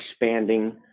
expanding